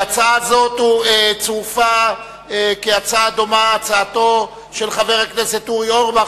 להצעה זו צורפה כהצעה דומה הצעתו של חבר הכנסת אורי אורבך,